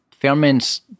ferments